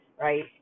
right